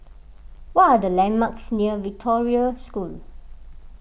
what are the landmarks near Victoria School